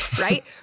right